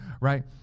right